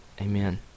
Amen